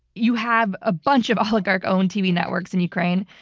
you have a bunch of oligarch-owned tv networks in ukraine.